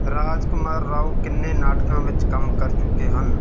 ਰਾਜਕੁਮਾਰ ਰਾਓ ਕਿੰਨੇ ਨਾਟਕਾਂ ਵਿੱਚ ਕੰਮ ਕਰ ਚੁੱਕੇ ਹਨ